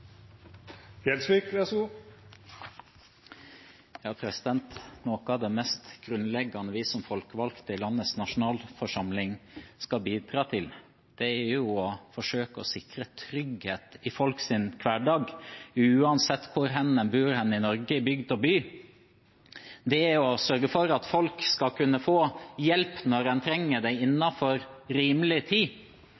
av det mest grunnleggende vi som folkevalgte i landets nasjonalforsamling skal bidra til, er å forsøke å sikre trygghet i folks hverdag uansett hvor de bor i Norge, i bygd og by. Det er å sørge for at folk skal kunne få hjelp når